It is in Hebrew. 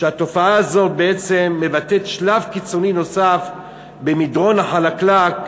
שהתופעה הזו בעצם מבטאת שלב קיצוני נוסף במדרון החלקלק,